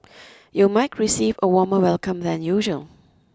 you might receive a warmer welcome than usual